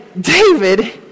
David